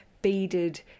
beaded